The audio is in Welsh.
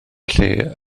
lle